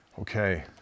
okay